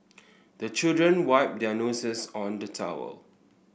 the children wipe their noses on the towel